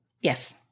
Yes